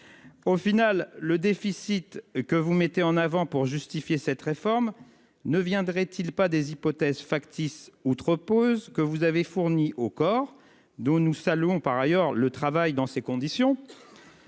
Au final, le déficit que vous mettez en avant pour justifier cette réforme ne viendrait-il pas des hypothèses factice outre. Que vous avez fourni au corps d'où nous saluons par ailleurs le travail dans ces conditions.